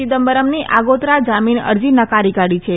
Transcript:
ચિદમ્બરમની આગોતરા જામીન અરજી નકારી કાઢી છે